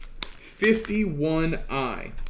51I